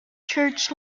church